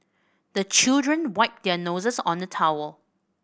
the children wipe their noses on the towel